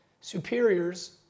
superiors